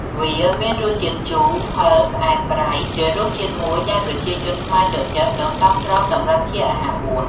វាមានរសជាតិជូរ ហឹរ ផ្អែម ប្រៃ ជារសជាតិមួយ ដែលប្រជាជនខ្មែរចូលចិត្ត និងសមស្របសម្រាប់ជាអាហារបួស។